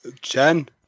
Jen